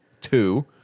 Two